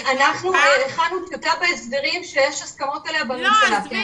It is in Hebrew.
אנחנו הכנו טיוטה בחוק ההסדרים שיש הסכמות עליה בממשלה.